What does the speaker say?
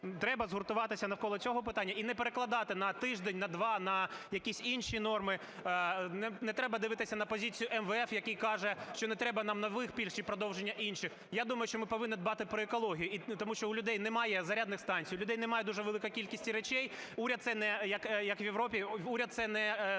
Треба згуртуватися навколо цього питання і не перекладати на тиждень, на два, на якісь інші норми, не треба дивитися на позицію МВФ, який каже, що не треба нам нових пільг чи продовження інших. Я думаю, що ми повинні дбати про екологію, і тому що у людей немає зарядних станцій, у людей нема дуже великої кількості речей, уряд це, як в Європі, уряд це ніяким